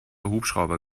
hubschrauber